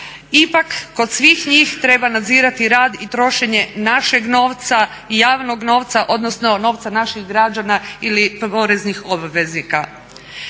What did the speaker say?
Ipak kod svih njih treba nadzirati rad i trošenje našeg novca i javnog novca, odnosno novca naših građana ili poreznih obveznika.